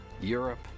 Europe